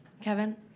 Kevin